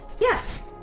Yes